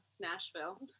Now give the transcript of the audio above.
Nashville